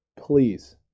please